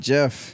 Jeff